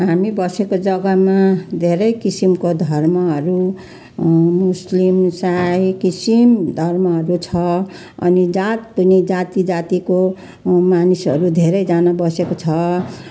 हामी बसेको जग्गामा धेरै किसिमको धर्महरू मुस्लिम साई किसिम धर्महरू छ अनि जात पनि जाति जातिको मानिसहरू धेरैजना बसेको छ